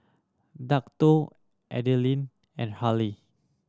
Dakotah Adilene and Harlie